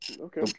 Okay